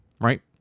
right